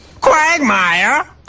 Quagmire